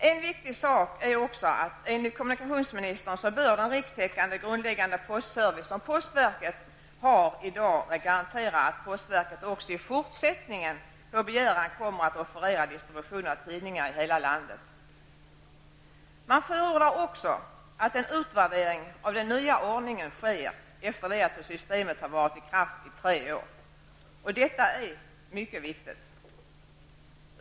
En viktig sak är också att enligt kommunikationsministern bör den rikstäckande grundläggande postservice som postverket har i dag garantera att postverket också i fortsättningen på begäran kommer att offerera distribution av tidningar i hela landet. Man förordar också att en utvärdering av den nya ordningen skall ske efter det att systemet har varit i kraft i tre år. Detta är mycket viktigt.